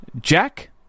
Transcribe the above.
Jack